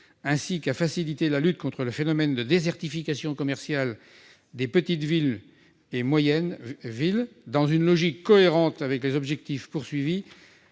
ainsi qu'à faciliter la lutte contre le phénomène de désertification commerciale des petites et moyennes villes, dans une logique cohérente avec les objectifs fixés